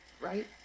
right